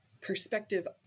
perspective